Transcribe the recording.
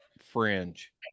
fringe